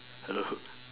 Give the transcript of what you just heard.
hello